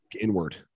inward